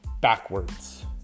backwards